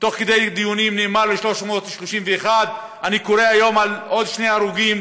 ותוך כדי דיונים נאמר לי 331. אני קורא היום על עוד שני הרוגים.